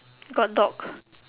got dog